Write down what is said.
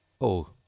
Oh